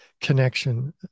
connection